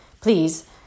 please